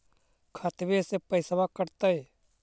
खतबे से पैसबा कटतय?